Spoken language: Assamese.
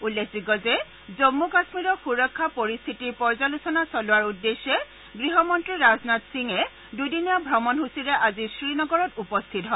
উল্লেখযোগ্য যে জম্মু কাশ্মীৰৰ সূৰক্ষা পৰিস্থিতিৰ পৰ্যালোচনা চলোৱাৰ উদ্দেশ্যে গৃহমন্ত্ৰী ৰাজনাথ সিং দূদিনীয়া ভ্ৰমণসূচীৰে আজি শ্ৰীনগৰত উপস্থিত হয়